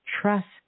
trust